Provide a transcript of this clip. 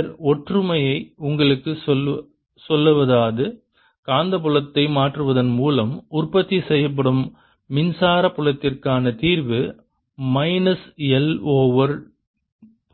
பின்னர் ஒற்றுமை உங்களுக்கு சொல்வதாவது காந்தப்புலத்தை மாற்றுவதன் மூலம் உற்பத்தி செய்யப்படும் மின்சார புலத்திற்கான தீர்வு மைனஸ் 1 ஓவர்